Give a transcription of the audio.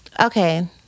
Okay